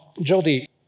Jody